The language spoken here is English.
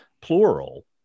plural